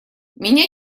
меня